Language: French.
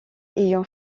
ayant